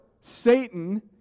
Satan